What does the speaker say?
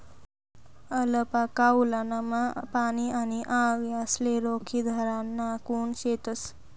alpaca वुलनमा पाणी आणि आग यासले रोखीधराना गुण शेतस